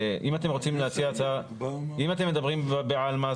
אם אתם מדברים בעלמא,